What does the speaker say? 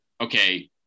okay